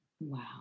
Wow